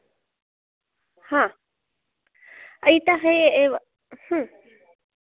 हा इतः एव